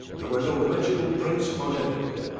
there were no legible prints on any of them.